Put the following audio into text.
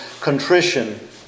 contrition